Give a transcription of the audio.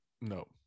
No